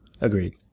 Agreed